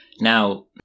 Now